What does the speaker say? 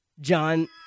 John